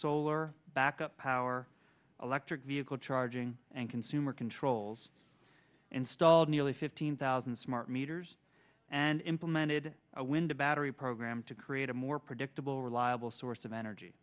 solar back power electric vehicle charging and consumer controls installed nearly fifteen thousand smart meters and implemented a wind battery program to create a more predictable reliable source of energy